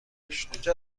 داشت